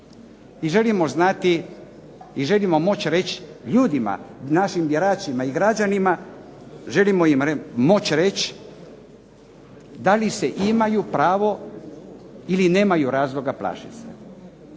i želimo moći reći ljudima, našim biračima i građanima, želimo im moći reći da li se imaju pravo ili nemaju razloga plašiti.